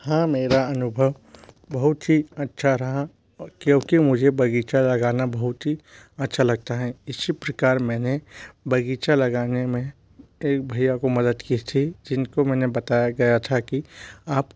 हाँ मेरा अनुभव बहुत ही अच्छा रहा क्योंकि मुझे बगीचा लगाना बहुत ही अच्छा लगता है इसी प्रकार मैंने बगीचा लगाने में एक भैया को मदद की थी जिनको मैंने बताया गया था कि आप